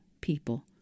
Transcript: people